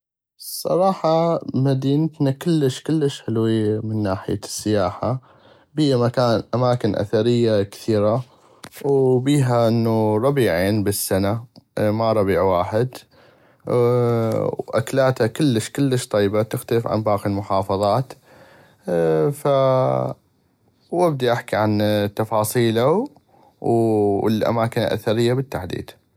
الصراحة مدينتنا كلش كلش حلوي من ناحية السياحة بيا مكان اماكن اثرية كثيرة وبيها انو ربيعين بل السنة ما ربيع واحد واكلاتا كلش كلش كلش طيبة تختلف عن باقي المحافظات ف وابدي احكي عن تفاصيلا والامااكن الاثرية بل التحديد.